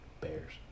Bears